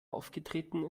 aufgetreten